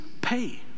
pay